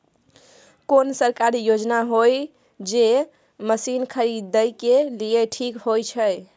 कोन सरकारी योजना होय इ जे मसीन खरीदे के लिए ठीक होय छै?